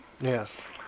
yes